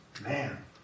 man